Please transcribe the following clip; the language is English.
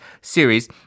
series